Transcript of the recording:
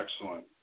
Excellent